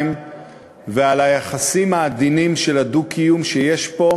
ועל היחסים העדינים של הדו-קיום שיש פה,